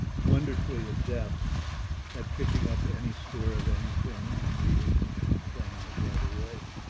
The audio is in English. wonderfully adept at picking up any score of anything and reading it and playing it right away.